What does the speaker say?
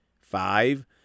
Five